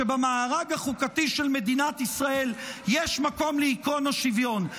שבמארג החוקתי של מדינת ישראל יש מקום לעקרון השוויון?